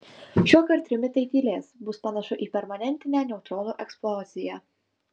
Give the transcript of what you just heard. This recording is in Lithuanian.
šiuokart trimitai tylės bus panašu į permanentinę neutronų eksploziją